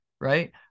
Right